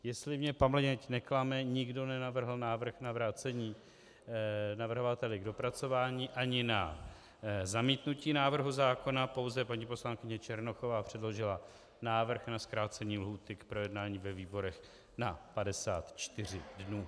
Jestli mě paměť neklame, nikdo nenavrhl návrh na vrácení navrhovateli k dopracování ani na zamítnutí návrhu zákona, pouze paní poslankyně Černochová předložila návrh na zkrácení lhůty k projednání ve výborech na 54 dnů.